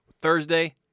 Thursday